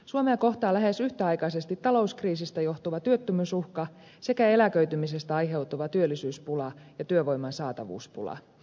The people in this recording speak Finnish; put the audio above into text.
suomea kohtaa lähes yhtäaikaisesti talouskriisistä johtuva työttömyysuhka sekä eläköitymisestä aiheutuva työllisyyspula ja työvoiman saatavuuspula